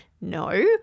No